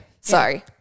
Sorry